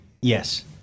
Yes